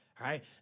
Right